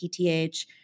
PTH